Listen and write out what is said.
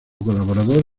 colaborador